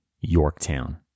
Yorktown